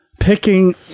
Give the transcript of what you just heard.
Picking